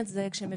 לכן אני